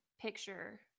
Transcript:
picture